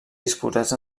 disposats